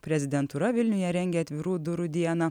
prezidentūra vilniuje rengia atvirų durų dieną